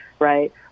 right